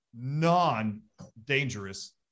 non-dangerous